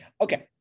Okay